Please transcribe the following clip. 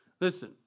Listen